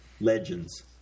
legends